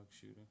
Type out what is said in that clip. Shooter